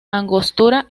angostura